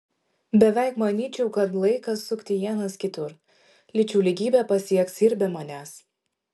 beveik manyčiau kad laikas sukti ienas kitur lyčių lygybę pasieks ir be manęs